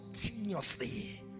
continuously